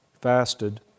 Fasted